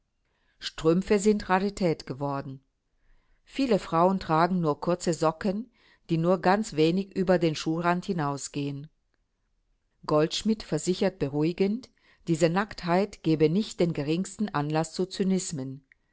strümpfe sind rarität geworden viele frauen tragen nur kurze socken die nur ganz wenig über den schuhrand hinausgehen goldschmidt versichert beruhigend diese nacktheit gebe nicht den geringsten anlaß zu zynismen